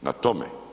na tome.